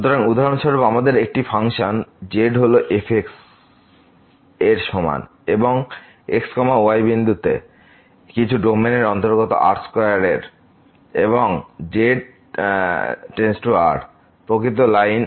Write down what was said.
সুতরাং উদাহরণস্বরূপ আমাদের একটি ফাংশন z হল f x y এর সমান এবং x y কিছু ডোমেনের অন্তর্গত R স্কয়ারের এবং z∈R প্রকৃত লাইন